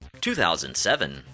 2007